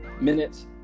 minutes